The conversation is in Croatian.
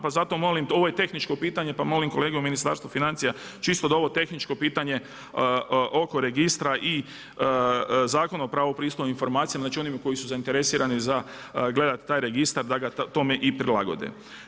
Pa zato molim, ovo je tehničko pitanje, pa molim kolege u Ministarstvu financija čisto da ovo tehničko pitanje oko registra i Zakon o pravu na pristup informacijama, znači onima koji su zainteresirani za gledat taj registar da ga tome i prilagode.